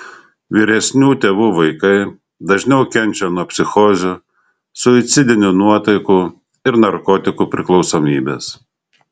vyresnių tėvų vaikai dažniau kenčia nuo psichozių suicidinių nuotaikų ir narkotikų priklausomybės